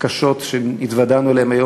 קשות שהתוודענו אליהן היום.